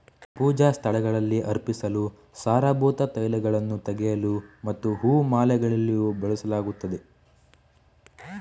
ಪೂಜಾ ಸ್ಥಳಗಳಲ್ಲಿ ಅರ್ಪಿಸಲು, ಸಾರಭೂತ ತೈಲಗಳನ್ನು ತೆಗೆಯಲು ಮತ್ತು ಹೂ ಮಾಲೆಗಳಲ್ಲಿಯೂ ಬಳಸಲಾಗುತ್ತದೆ